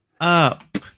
up